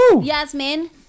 Yasmin